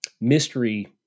mystery